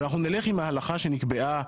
אבל אנחנו נלך עם ההלכה שנקבעה,